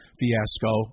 fiasco